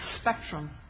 spectrum